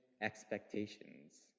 expectations